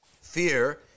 fear